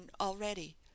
already